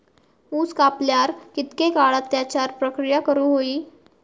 ऊस कापल्यार कितके काळात त्याच्यार प्रक्रिया करू होई?